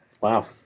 Wow